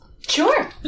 Sure